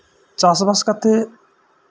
ᱪᱟᱥᱵᱟᱥ ᱠᱟᱛᱮᱫ